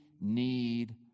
need